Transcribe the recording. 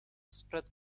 spread